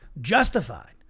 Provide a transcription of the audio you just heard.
justified